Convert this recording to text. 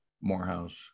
Morehouse